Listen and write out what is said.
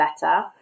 better